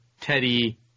Teddy